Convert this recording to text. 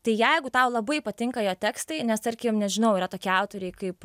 tai jeigu tau labai patinka jo tekstai nes tarkim nežinau yra tokie autoriai kaip